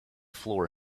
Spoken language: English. floor